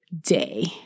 day